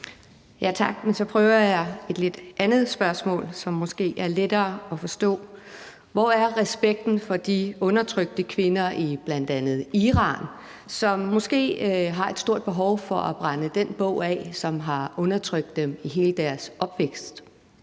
Tak. Så prøver jeg med et andet spørgsmål, som måske er lettere at forstå. Hvor er respekten for de undertrykte kvinder fra bl.a. Iran, som måske har et stort behov for at brænde den bog af, som har undertrykt dem i hele deres opvækst?